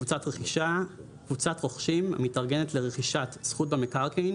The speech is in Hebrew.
"קבוצת רכישה": קבוצת רוכשים המתארגנת לרכישת זכות במקרקעין